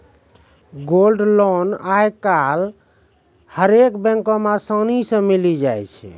gold loan आइ काल्हि हरेक बैको मे असानी से मिलि जाय छै